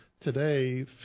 today